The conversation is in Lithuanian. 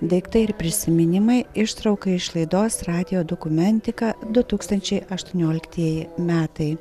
daiktai ir prisiminimai ištrauka iš laidos radijo dokumentika du tūkstančiai aštuonioliktieji metai